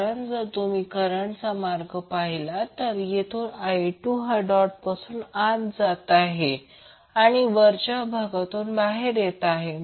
कारण जर तुम्ही करंटचा मार्ग पाहिलात तर येथून I2 हा डॉटपासून आत जात आहे आणि वरच्या भागातून बाहेर येत आहे